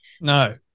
No